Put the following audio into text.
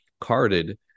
carded